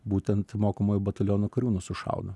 būtent mokomojo bataliono kariūnus sušaudo